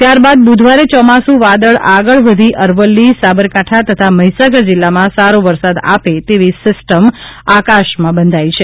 ત્યારબાદ બુધવારે ચોમાસુ વાદળ આગળ વધી અરવલ્લી સાબરકાંઠા તથા મહીસાગર જિલ્લામાં સારો વરસાદ આપે તેવી સિસ્ટમ આકાશમાં બંધાઈ છે